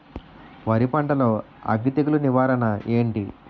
వరి పంటలో అగ్గి తెగులు నివారణ ఏంటి?